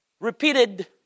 Repeated